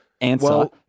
answer